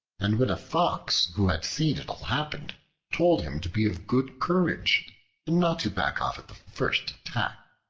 and when a fox who had seen it all happen told him to be of good courage and not to back off at the first attack